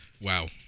Wow